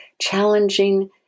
challenging